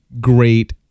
great